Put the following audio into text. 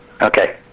Okay